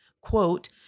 quote